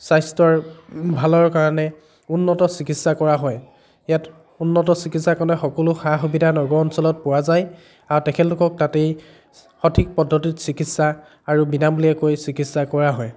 স্বাস্থ্যৰ ভালৰ কাৰণে উন্নত চিকিৎসা কৰা হয় ইয়াত উন্নত চিকিৎসাৰ কাৰণে সকলো সা সুবিধা নগৰ অঞ্চলত পোৱা যায় আৰু তেখেতলোকক তাতেই সঠিক পদ্ধতিত চিকিৎসা আৰু বিনামূলীয়াকৈ চিকিৎসা কৰা হয়